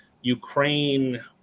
ukraine